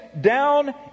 down